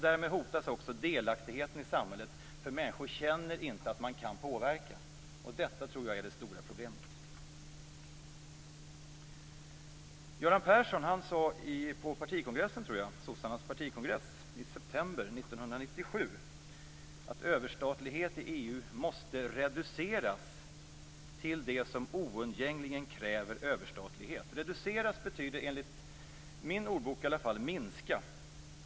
Därmed hotas också delaktigheten i samhället, för människor känner inte att man kan påverka. Detta tror jag är det stora problemet. Göran Persson sade - jag tror att det var på Socialdemokraternas partikongress i september 1997 - att överstatlighet i EU måste reduceras till det som oundgängligen kräver överstatlighet. I varje fall enligt min ordbok betyder "reduceras" minska.